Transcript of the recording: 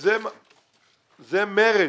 זה מרד.